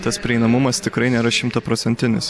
tas prieinamumas tikrai nėra šimtaprocentinis